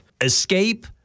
escape